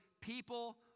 people